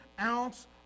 ounce